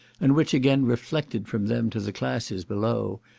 and which again reflected from them to the classes below,